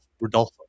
Rodolfo